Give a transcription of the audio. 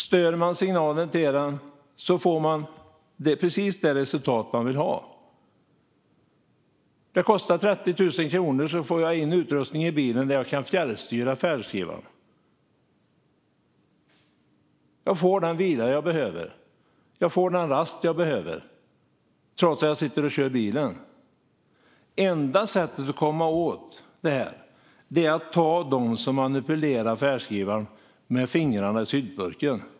Stör man signalen till den får man precis det resultat som man vill ha. För 30 000 kronor får jag in utrustning i bilen som gör att jag kan fjärrstyra färdskrivaren. Jag får den vila jag behöver, och jag får den rast jag behöver, trots att jag sitter och kör bilen. Det enda sättet att komma åt det här är att ta dem som manipulerar färdskrivarna med fingrarna i syltburken.